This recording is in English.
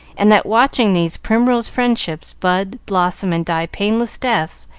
and that watching these primrose friendships bud, blossom, and die painless deaths,